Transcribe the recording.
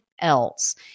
else